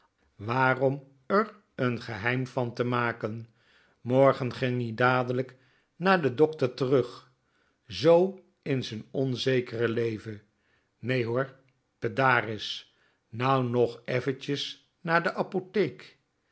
waarom r n geheim van te maken morgen ging-ie dadelijk naar den dokter terug zoo in t onzekere leven nee hoor p e d a r i s nou nog effetjes na de apotheek